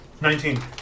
Nineteen